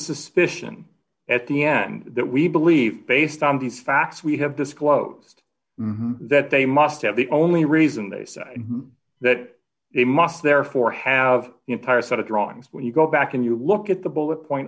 suspicion at the end that we believe based on these facts we have disclosed that they must have the only reason they say that they must therefore have the entire set of drawings when you go back and you look at the bullet point